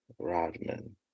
Rodman